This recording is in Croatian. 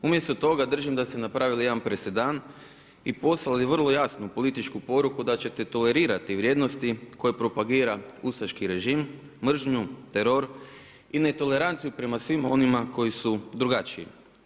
Umjesto toga, držim da ste napravili jedan presedan i poslali vrlo jasnu političku poruku, da ćete tolerirati vrijednosti koje propagira ustaški režim, mržnju, teror i ne toleranciju prema svima onima koji su drugačiji.